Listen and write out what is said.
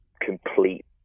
complete